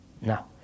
Now